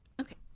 Okay